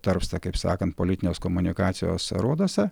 tarpsta kaip sakant politinės komunikacijos aruoduose